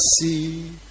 see